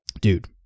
dude